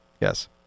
Yes